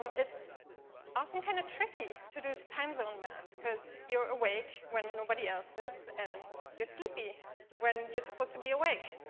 it's often kind of tricky to do time zone math. because you're awake when nobody else is, and you're sleepy when you're supposed to be awake.